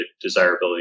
desirability